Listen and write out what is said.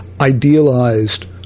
idealized